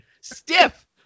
Stiff